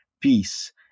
peace